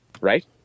right